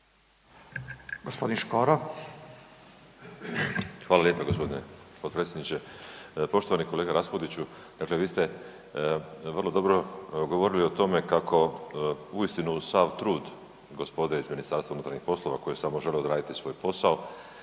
Miroslav (DP)** Hvala lijepo g. potpredsjedniče. Poštovani kolega Raspudiću, dakle vi ste vrlo dobro govorili o tome kako uistinu sav trud gospode iz MUP-a koje …/Govornik se ne razumije/…odraditi svoj posao,